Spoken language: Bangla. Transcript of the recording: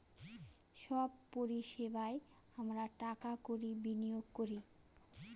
সব পরিষেবায় আমরা টাকা কড়ি বিনিয়োগ করি